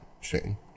Shane